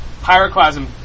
Pyroclasm